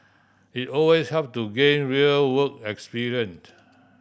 it always help to gain real work experience